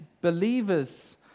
believers